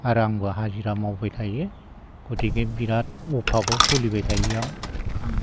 आरो आंबो हाजिरा मावबाय थायो गथिखे बिराद अभाबआव सलिबाय थायो आं आं